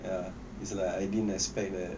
ya it's like I didn't expect that